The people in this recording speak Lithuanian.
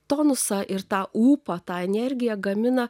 tonusą ir tą ūpą tą energiją gamina